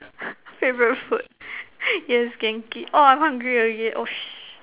favourite food yes Genki oh I'm hungry again oh shit